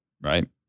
Right